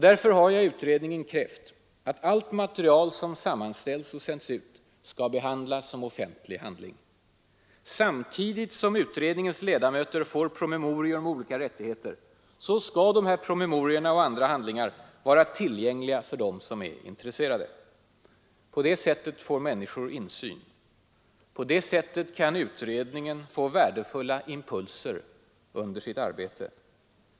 Därför har jag i utredningen krävt att allt material som sammanställs och sänds ut skall behandlas som offentlig handling. Samtidigt som utredningens ledamöter får promemorior om olika rättigheter, skall dessa promemorior och andra handlingar vara tillgängliga för dem som är intresserade. På det sättet får människor insyn. På det sättet kan utredningen få värdefulla impulser under sitt arbete.